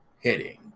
hitting